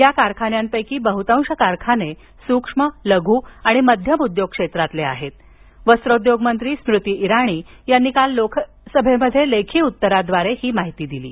या कारखान्यांपैकी बहुतांश कारखाने सूक्ष्म लघु आणि मध्यम उद्योग क्षेत्रातले आहेत वस्त्रोद्योग मंत्री स्मृती इराणी यांनी काल लोकसभेत लेखी उत्तरात ही माहिती दिली आहे